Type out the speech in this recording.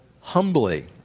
humbly